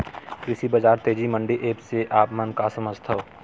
कृषि बजार तेजी मंडी एप्प से आप मन का समझथव?